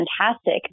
fantastic